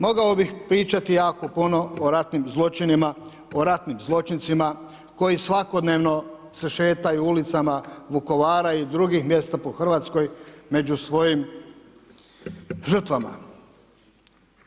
Mogao bih pričati jako puno o ratnim zločinima, o ratnim zločincima, koji svakodnevno se šetaju ulicama Vukovara i drugih mjesta po Hrvatskoj među svojim žrtvama.